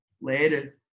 Later